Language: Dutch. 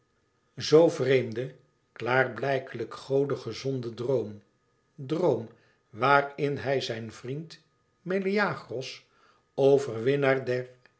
zoo vreemden klaarblijkelijk gode gezonden droom droom waar in hij zijn vriend meleagros overwinnaar